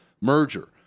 merger